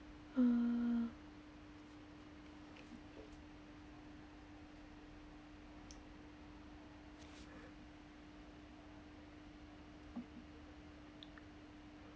uh